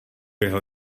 jeho